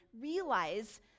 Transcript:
realize